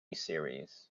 series